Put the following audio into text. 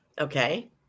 okay